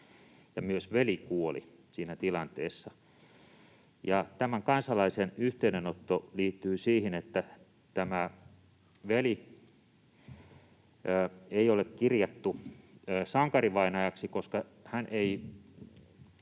myös veli kuoli siinä tilanteessa. Tämän kansalaisen yhteydenotto liittyi siihen, että tätä veljeä ei ole kirjattu sankarivainajaksi, koska hän ei